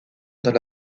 dans